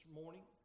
morning